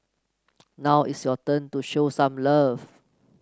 now it's your turn to show some love